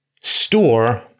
store